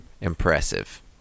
Impressive